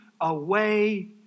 away